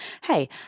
hey